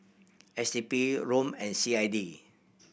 S D P ROM and C I D